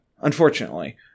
unfortunately